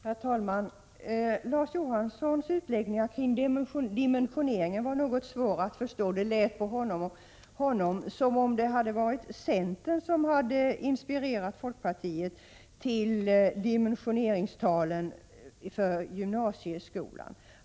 Herr talman! Larz Johanssons utläggningar om dimensioneringen var något svåra att förstå. Det lät på honom som om det hade varit centern som inspirerat folkpartiet till dimensioneringstalen för gymnasieskolan.